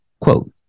quote